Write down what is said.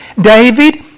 David